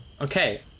okay